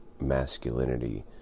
masculinity